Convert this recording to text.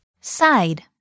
Side